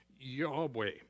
Yahweh